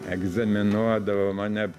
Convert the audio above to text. egzaminuodavo mane